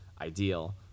ideal